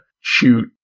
shoot